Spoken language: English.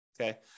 Okay